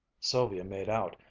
sylvia made out,